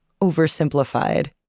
oversimplified